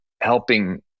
helping